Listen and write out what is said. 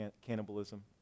cannibalism